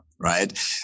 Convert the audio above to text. right